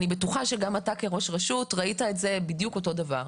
אני בטוחה שגם אתה כראש רשות ראית את זה בדיוק אותו דבר.